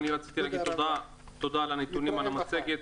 רציתי להגיד תודה על הנתונים ועל המצגת.